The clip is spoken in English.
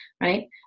right